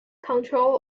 control